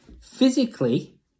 physically